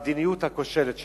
במדיניות הכושלת שלנו.